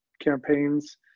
campaigns